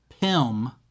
Pym